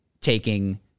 taking